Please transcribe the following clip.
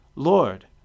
Lord